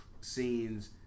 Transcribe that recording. scenes